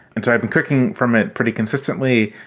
and so i've been cooking from it pretty consistently.